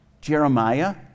Jeremiah